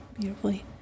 Beautifully